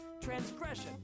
transgression